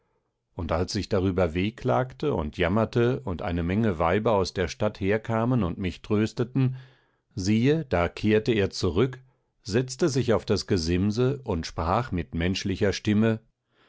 und als ich darüber wehklagte und jammerte und eine menge weiber aus der stadt herkamen und mich trösteten siehe da kehrte er zurück setzte sich auf das gesimse und sprach mit menschlicher stimme